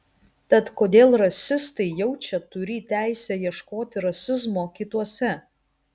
tad kodėl rasistai jaučia turį teisę ieškoti rasizmo kituose